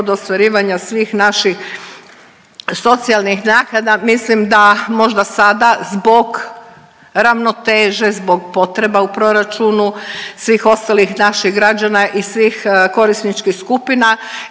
kod ostvarivanja svih naših socijalnih naknada. Mislim da možda sada zbog ravnoteže, zbog potreba u proračunu svih ostalih naših građana i svih korisničkih skupina